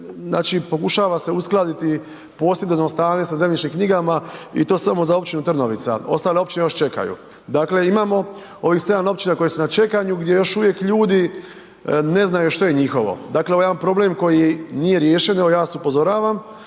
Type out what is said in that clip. znači pokušava se uskladiti posjedovno stanje sa zemljišnim i to samo za općinu Trnovica, ostale općine još čekaju. Dakle, imamo ovih 7 općina koje su na čekanju gdje još uvijek ljudi ne znaju što je njihovo. Dakle, ovo je jedan problem koji nije riješen, evo ja vas upozoravam